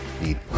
need